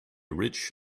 rich